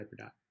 HyperDot